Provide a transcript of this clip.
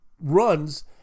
runs